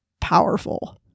powerful